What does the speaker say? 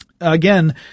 again